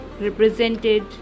represented